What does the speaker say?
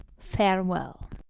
farewell.